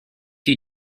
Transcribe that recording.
you